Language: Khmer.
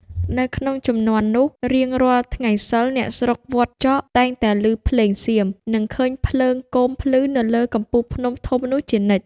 នៅក្នុងជំនាន់នោះ រាងរាល់ថ្ងៃសីលអ្នកស្រុកវត្តចក តែងតែឮភ្លេងសៀម និងឃើញភ្លើងគោមភ្លឺ នៅលើកំពូលភ្នំធំនោះជានិច្ច។